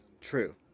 True